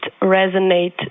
resonate